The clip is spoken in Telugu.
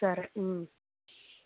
సరే